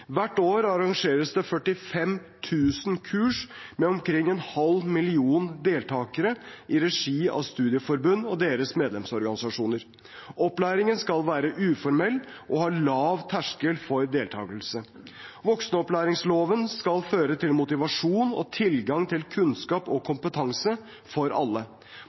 Hvert år arrangeres det rundt 45 000 kurs med omkring en halv million deltakere i regi av studieforbund og deres medlemsorganisasjoner. Opplæringen skal være uformell og ha lav terskel for deltakelse. Voksenopplæringsloven skal føre til motivasjon og tilgang til kunnskap og kompetanse for alle.